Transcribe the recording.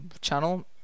channel